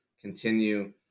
continue